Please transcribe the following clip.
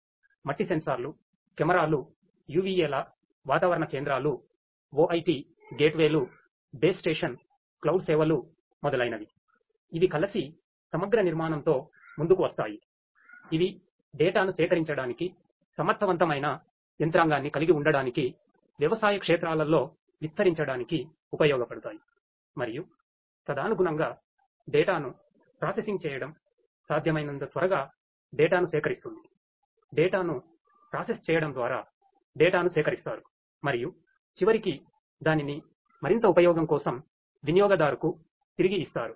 కాబట్టి ఈ ప్రత్యేకమైన ఫార్మ్బీట్స్ ను సేకరిస్తారు మరియు చివరికి దానిని మరింతఉపయోగంకోసం వినియోగదారుకు తిరిగి ఇస్తారు